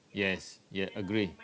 yes ye~ agree